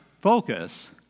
focus